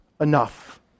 enough